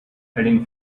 heading